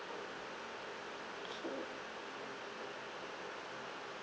okay